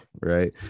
right